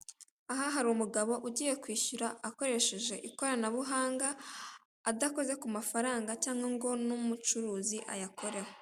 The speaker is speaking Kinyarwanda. Aha hari umugabo ugiye kwishyura akoresheje ikoranabuhanga, adakoze ku mafaranga cyangwa ngo n'umucuruzi ayakoreho.